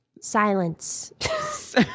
Silence